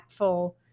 impactful